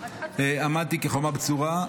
עמדתי כחומה בצורה,